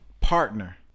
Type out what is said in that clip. partner